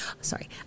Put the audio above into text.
sorry